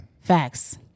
Facts